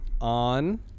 on